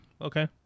okay